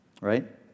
Right